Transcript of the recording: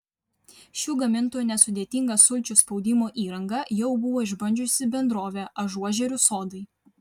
šių gamintojų nesudėtingą sulčių spaudimo įrangą jau buvo išbandžiusi bendrovė ažuožerių sodai